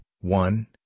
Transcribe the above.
One